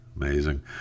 Amazing